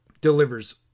delivers